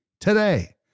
today